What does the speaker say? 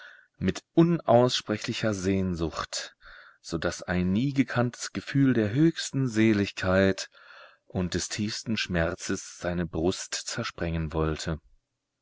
mit unaussprechlicher sehnsucht so daß ein nie gekanntes gefühl der höchsten seligkeit und des tiefsten schmerzes seine brust zersprengen wollte